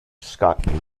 scott